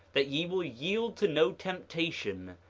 that ye will yield to no temptation,